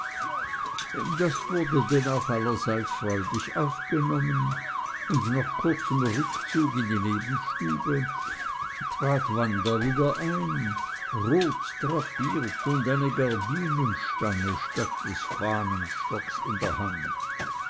das wurde denn auch allerseits freudig aufgenommen und nach kurzem rückzug in die nebenstube trat wanda wieder ein rot drapiert und eine gardinenstange statt des fahnenstocks in der hand